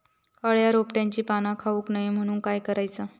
अळ्या रोपट्यांची पाना खाऊक नको म्हणून काय करायचा?